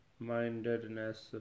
mindedness